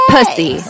Pussy